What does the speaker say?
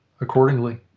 accordingly